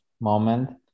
moment